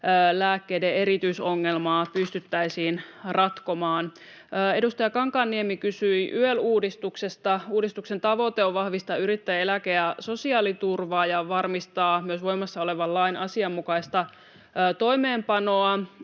lääkkeiden erityisongelmaa pystyttäisiin ratkomaan. Edustaja Kankaanniemi kysyi YEL-uudistuksesta. Uudistuksen tavoite on vahvistaa yrittäjien eläke‑ ja sosiaaliturvaa ja varmistaa myös voimassa olevan lain asianmukaista toimeenpanoa.